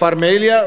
כפר מעיליא,